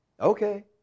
Okay